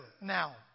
now